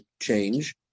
change